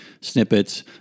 Snippets